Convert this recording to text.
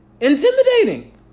intimidating